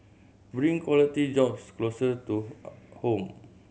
bring quality jobs closer to home